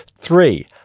Three